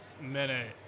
minute